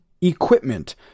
equipment